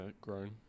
grown